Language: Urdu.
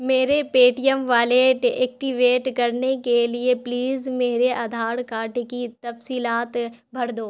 میرے Paytm wallet activate کرنے کے لیے پلیز میرے آدھار کارڈ کی تفصیلات بھر دو